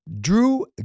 Drew